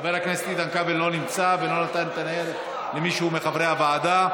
חבר הכנסת איתן כבל לא נמצא ולא נתן את הניירת למישהו מחברי הוועדה,